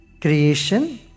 Creation